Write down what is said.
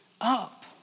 up